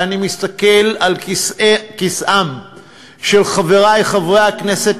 ואני מסתכל על כיסאותיהם של חברי חברי הכנסת